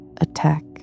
attack